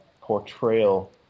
portrayal